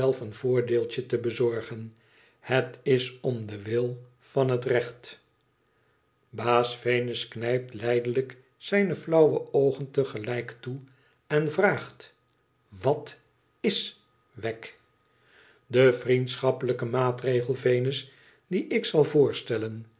een voordeeltje te bezorgen het is om den wil van het recht baas venus knijpt lijdelijk zijne flauwe oogen te gelijk toe en vraagt wat is wegg de vriendhappelijke maatregel venus dien ik zal voorstellen